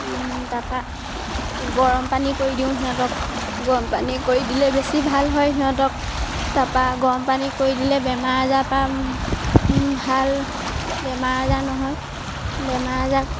তাপা গৰম পানী কৰি দিওঁ সিহঁতক গৰম পানী কৰি দিলে বেছি ভাল হয় সিহঁতক তাপা গৰম পানী কৰি দিলে বেমাৰ আজাৰ পৰা ভাল বেমাৰ আজাৰ নহয় বেমাৰ আজাৰ